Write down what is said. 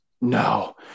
No